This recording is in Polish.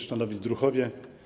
Szanowni Druhowie!